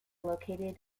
located